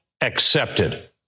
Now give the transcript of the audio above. accepted